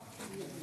מטעם הממשלה: הצעת